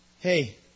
Hey